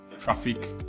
Traffic